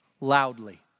loudly